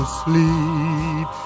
sleep